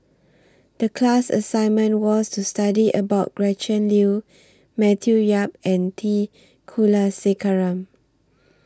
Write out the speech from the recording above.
The class assignment was to study about Gretchen Liu Matthew Yap and T Kulasekaram